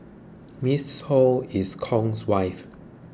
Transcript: Miss Ho is Kong's wife